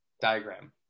diagram